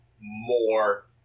more